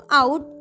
out